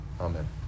Amen